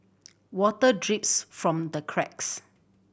water drips from the cracks